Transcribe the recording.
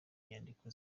nyandiko